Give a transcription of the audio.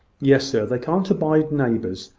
yes, sir they can't abide neighbours.